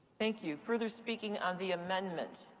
thank you. further speaking on the amendment.